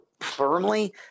firmly